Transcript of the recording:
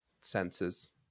senses